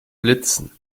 blitzen